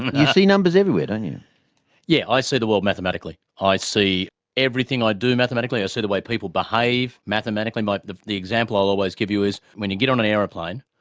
you see numbers everywhere, don't you. yes, yeah i see the world mathematically. i see everything i do mathematically, i see the way people behave mathematically. but the the example i'll always give you is when you get on an aeroplane,